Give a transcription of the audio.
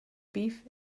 beef